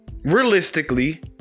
realistically